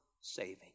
saving